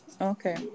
Okay